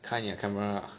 开你的 camera lah